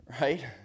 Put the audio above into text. right